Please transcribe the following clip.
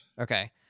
Okay